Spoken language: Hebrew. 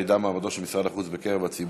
ירידת מעמדו של משרד החוץ בקרב הציבור.